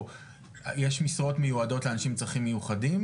יש משרות מיועדות לאנשים עם צרכים מיוחדים,